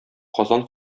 казан